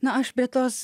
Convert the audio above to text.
na aš be tos